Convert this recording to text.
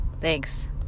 thanks